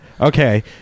Okay